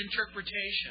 interpretation